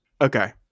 Okay